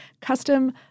custom